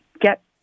get